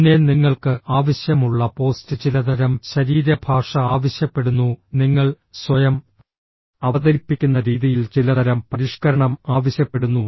പിന്നെ നിങ്ങൾക്ക് ആവശ്യമുള്ള പോസ്റ്റ് ചിലതരം ശരീരഭാഷ ആവശ്യപ്പെടുന്നു നിങ്ങൾ സ്വയം അവതരിപ്പിക്കുന്ന രീതിയിൽ ചിലതരം പരിഷ്ക്കരണം ആവശ്യപ്പെടുന്നു